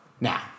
Now